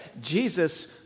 Jesus